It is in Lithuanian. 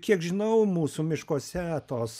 kiek žinau mūsų miškuose tos